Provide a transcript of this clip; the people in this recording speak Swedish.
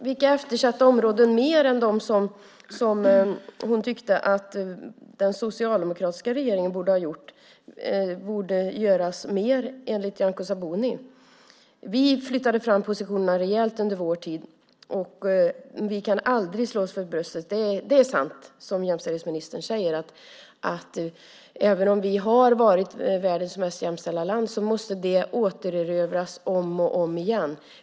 Vilka eftersatta områden mer än dem som hon tyckte att den socialdemokratiska regeringen borde ha gjort insatser på borde det göras mer på enligt Nyamko Sabuni? Vi flyttade fram positionerna rejält under vår tid. Vi kan aldrig slå oss för bröstet. Det är sant som jämställdhetsministern säger, att även om vi har varit världens mest jämställda land måste det återerövras om och om igen.